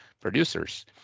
producers